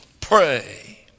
pray